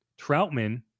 Troutman